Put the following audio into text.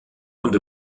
und